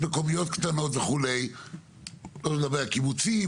בוודאי שיש.